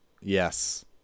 Yes